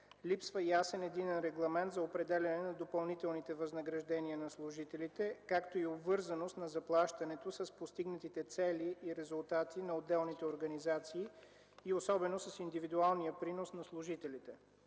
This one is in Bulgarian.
липсва ясен единен регламент за определяне на допълнителните възнаграждения на служителите, както и обвързаност на заплащането с постигнатите цели и резултати на отделните организации и особено с индивидуалния принос на служителите.